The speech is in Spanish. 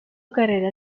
carrera